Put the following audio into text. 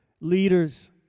leaders